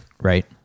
Right